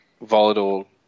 volatile